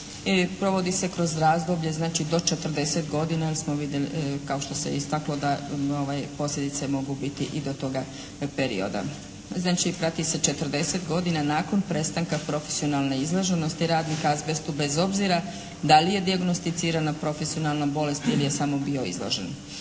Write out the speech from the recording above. provodi se kroz razdoblje znači do 40 godina jer smo vidjeli, kao što se istaklo da posljedice mogu biti i do toga proizvoda. Znači prati se 40 godina nakon prestanka profesionalne izloženosti radnika azbestu bez obzira da li je dijagnosticirana profesionalna bolest ili je samo bio izložen.